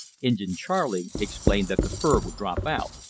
injin charley explained that the fur would drop out.